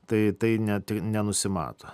tai tai ne tai nenusimato